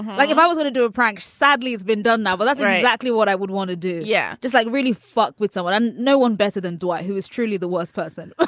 like if i was going to do a prank. sadly, it's been done now. well, that's exactly what i would want to do. yeah. just like really fucked with someone. i'm no one better than dwight who is truly the worst person, the